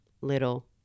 little